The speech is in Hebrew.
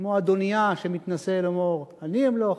כמו אדוניה שמתנשא לאמור: אני אמלוך.